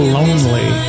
Lonely